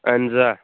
اَہَن حظ آ